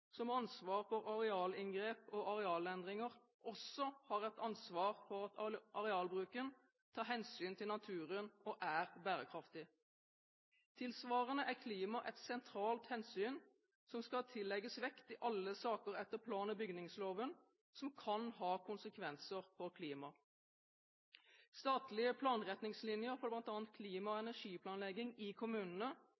som har ansvar for arealinngrep og arealendringer, også har et ansvar for at arealbruken tar hensyn til naturen og er bærekraftig. Tilsvarende er klima et sentralt hensyn som skal tillegges vekt i alle saker etter plan- og bygningsloven som kan ha konsekvenser for klima. Statlige planretningslinjer for bl.a. klima- og